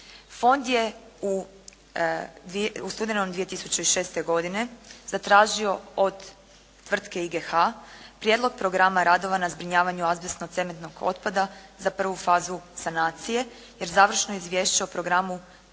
Fond je u studenom 2006. godine zatražio od tvrtke "IGH" prijedlog programa radova na zbrinjavanju azbestno-cementnog otpada za prvu fazu sanacije, jer završno izvješće o programu